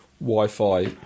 Wi-Fi